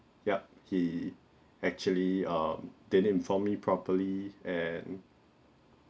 yup he actually um didn't informed me properly and